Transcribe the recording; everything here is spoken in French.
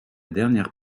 dernière